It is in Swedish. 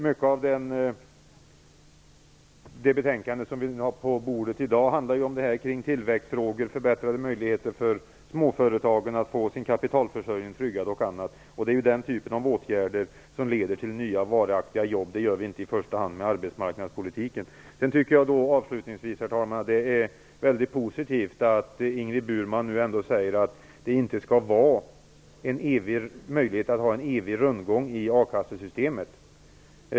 Mycket i det betänkande som vi har på bordet i dag handlar ju om tillväxtfrågor, förbättrade möjligheter för småföretagen att få sin kapitalförsörjning tryggad och annat, och det är ju den typen av åtgärder som leder till nya, varaktiga jobb. Det åstadkommer vi inte i första hand med arbetsmarknadspolitiken. Avslutningsvis vill jag säga att jag tycker att det är väldigt positivt att Ingrid Burman nu ändå säger att vi inte skall ha möjlighet att ha en evig rundgång i akassesystemet.